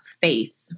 faith